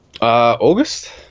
August